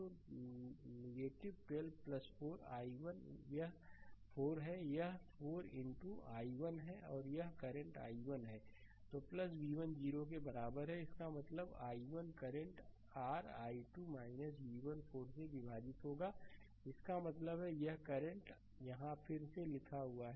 तो 12 4 में i1 यह 4 है यह 4 इनटू i1 है और यह करंट i1 है तो v1 0 के बराबर है इसका मतलब है i1 करंट r 12 v1 4 से विभाजित होगा इसका मतलब है कि यह करंट यहाँ फिर से लिख रहा है